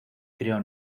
creó